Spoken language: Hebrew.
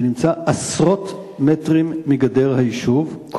שנמצא עשרות מטרים מגדר היישוב,